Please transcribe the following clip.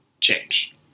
change